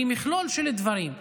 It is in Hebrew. היא מכלול של דברים.